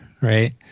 right